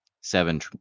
seven